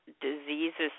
diseases